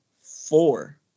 four